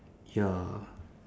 ya